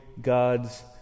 God's